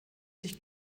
sich